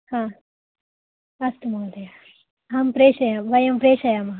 हा अस्तु महोदय अहं प्रेषयामि वयं प्रेषयामः